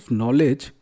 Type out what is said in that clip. knowledge